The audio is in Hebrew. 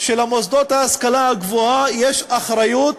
שלמוסדות להשכלה הגבוהה יש אחריות